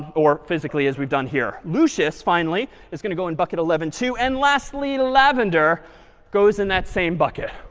or physically as we've done here. lucius finally is going to go in bucket eleven too. and lastly, lavender goes in that same bucket.